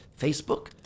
Facebook